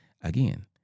Again